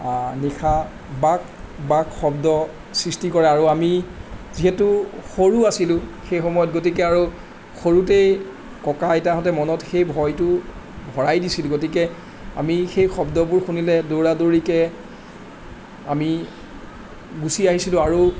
নিশা বাক বাক শব্দ সৃষ্টি কৰে আৰু আমি যিহেতু সৰু আছিলোঁ সেই সময়ত গতিকে আৰু সৰুতেই ককা আইতাহঁতে মনত সেই ভয়তো ভৰাই দিছিল গতিকে আমি সেই শব্দবোৰ শুনিলে দৌৰা দৌৰিকৈ আমি গুচি আহিছিলোঁ আৰু